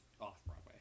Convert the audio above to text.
off-Broadway